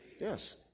yes